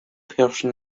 person